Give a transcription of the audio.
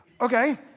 Okay